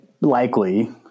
likely